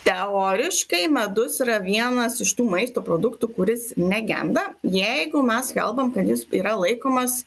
teoriškai medus yra vienas iš tų maisto produktų kuris negenda jeigu mes kalbam kad jis yra laikomas